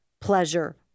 pleasure